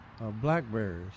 blackberries